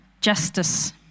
justice